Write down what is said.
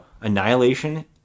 Annihilation